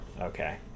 Okay